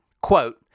quote